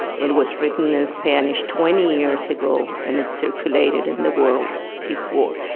it was written in spanish twenty years ago and it circulated in the world before.